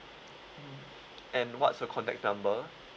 mm and what's your contact number